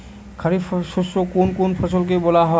খারিফ শস্য কোন কোন ফসলকে বলা হয়?